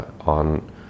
on